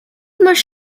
маш